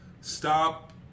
stop